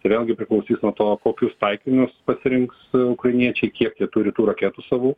tai vėlgi priklausys nuo to kokius taikinius pasirinks ukrainiečiai kiek jie turi tų raketų savų